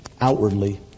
outwardly